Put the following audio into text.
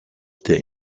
der